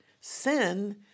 sin